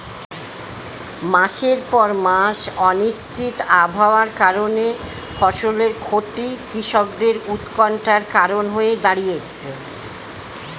মাসের পর মাস অনিশ্চিত আবহাওয়ার কারণে ফসলের ক্ষতি কৃষকদের উৎকন্ঠার কারণ হয়ে দাঁড়িয়েছে